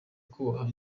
kubaha